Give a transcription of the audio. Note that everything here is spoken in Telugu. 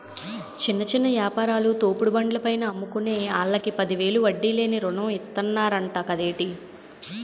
చిన్న చిన్న యాపారాలు, తోపుడు బండ్ల పైన అమ్ముకునే ఆల్లకి పదివేలు వడ్డీ లేని రుణం ఇతన్నరంట కదేటి